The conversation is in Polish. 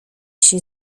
się